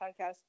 podcast